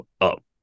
up